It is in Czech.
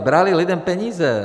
Brali lidem peníze.